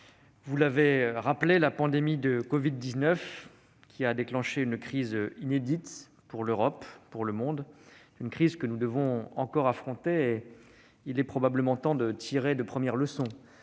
vous l'avez rappelé, la pandémie de covid-19 a déclenché une crise inédite pour l'Europe et pour le monde. Cette crise, nous devons encore l'affronter. Il est probablement temps de tirer les premières leçons